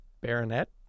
baronet